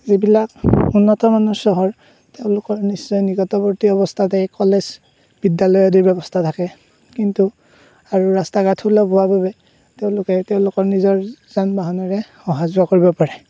যিবিলাক উন্নত মানৰ চহৰ তেওঁলোকৰ নিশ্চয় নিকটৱৰ্তী অৱস্থাতে কলেজ বিদ্যালয় আদিৰ ব্যৱস্থা থাকে কিন্তু আৰু ৰাস্তা ঘাটবিলাক হোৱাৰ বাবে তেওঁলোকে তেওঁলোকৰ নিজৰ যান বাহনেৰে অহা যোৱা কৰিব পাৰে